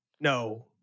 No